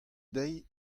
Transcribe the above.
dezhi